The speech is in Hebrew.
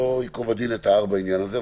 לא ייקוב הדין את ההר בעניין הזה,